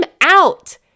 out